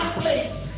place